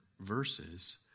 verses